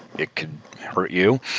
it could hurt you,